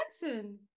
jackson